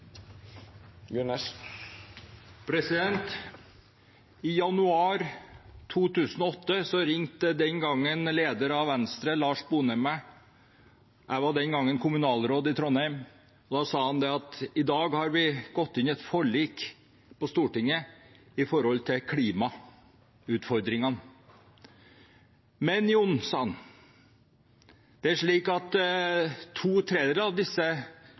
I januar 2008 ringte daværende leder i Venstre, Lars Sponheim, meg. Jeg var den gangen kommunalråd i Trondheim. Han sa: I dag har vi inngått et forlik på Stortinget om klimautfordringene. Men Jon, sa han, to tredjedeler av disse